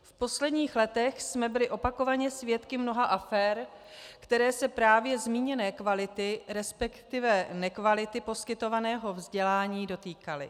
V posledních letech jsme byli opakovaně svědky mnoha afér, které se právě zmíněné kvality, resp. nekvality poskytovaného vzdělání dotýkaly.